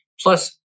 Plus